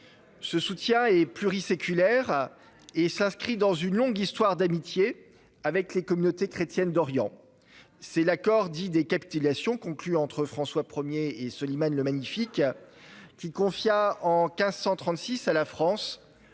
Ce soutien est pluriséculaire et s'inscrit dans une longue histoire d'amitié avec les communautés chrétiennes d'Orient. Celle-ci remonte à l'accord dit des Capitulations, conclu entre François I et Soliman le Magnifique, qui confia en 1536 à la France